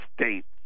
states